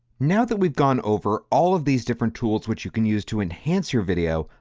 now that we've gone over all of these different tools, which you can use to enhance your video.